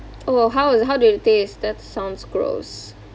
oh how is how did it taste that sounds gross